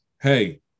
hey